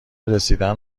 رسیدن